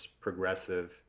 progressive